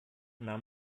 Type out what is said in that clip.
nahm